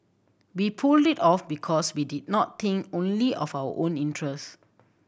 we pulled it off because we did not think only of our own interests